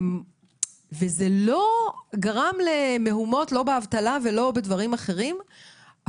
וזה לא גרם למהומות לא באבטלה ולא בדברים אחרים,